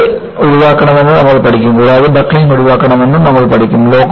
yielding ഒഴിവാക്കണമെന്ന് നമ്മൾ പഠിക്കും കൂടാതെ ബക്ക്ലിംഗ് ഒഴിവാക്കണമെന്നും നമ്മൾ പഠിക്കും